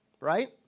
right